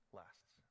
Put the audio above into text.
lasts